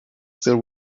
still